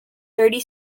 thirty